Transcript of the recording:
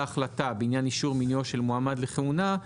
החלטה בעניין אישור מינויו של מועמד לכהונה,